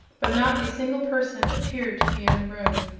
but not a single person appeared to be in the room.